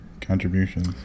contributions